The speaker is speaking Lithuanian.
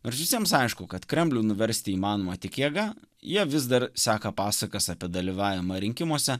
ir visiems aišku kad kremlių nuversti įmanoma tik jėga jie vis dar seka pasakas apie dalyvavimą rinkimuose